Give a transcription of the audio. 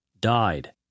died